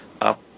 Up